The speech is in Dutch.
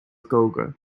koken